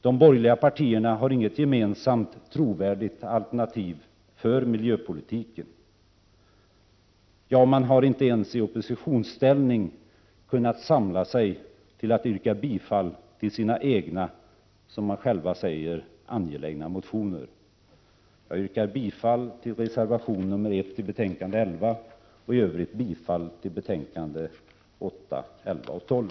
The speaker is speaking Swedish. De borgerliga partierna har inget gemensamt trovärdigt alternativ för miljöpolitiken. De har inte ens i oppositionsställning kunnat samla sig till att yrka bifall till sina egna, som de själva säger, angelägna motioner. Jag yrkar bifall till reservation 1 vid betänkande 11 och i övrigt bifall till utskottets hemställan i betänkandena 8, 11 och 12.